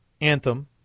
anthem